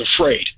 afraid